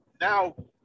now